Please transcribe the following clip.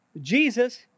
Jesus